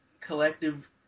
collective